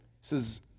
says